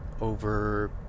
over